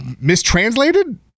mistranslated